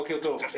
בוקר טוב,